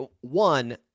One